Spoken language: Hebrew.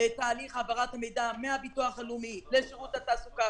לתהליך העברת המידע מהביטוח הלאומי לשירות התעסוקה,